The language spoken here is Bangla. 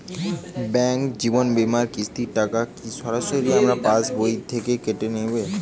ব্যাঙ্ক জীবন বিমার কিস্তির টাকা কি সরাসরি আমার পাশ বই থেকে কেটে নিবে?